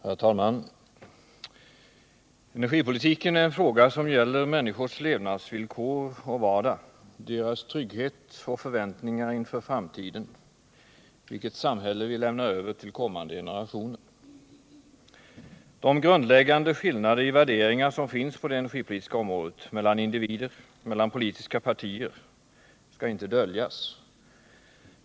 Herr talman! Energipolitiken är en fråga som gäller människors levnadsvillkor och vardag, deras trygghet och förväntningar inför framtiden, vilket samhälle vi lämnar över till kommande generationer. De grundläggande skillnader i värderingar som finns på det energipolitiska området mellan individer, mellan politiska partier skall inte döljas.